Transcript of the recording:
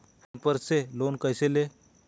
Phone पर से loan कैसे लें?